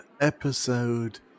episode